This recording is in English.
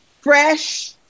fresh